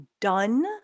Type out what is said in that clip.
done